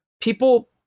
people